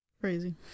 Crazy